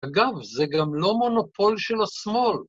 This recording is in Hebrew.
אגב, זה גם לא מונופול של השמאל.